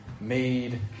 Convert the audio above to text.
made